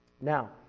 Now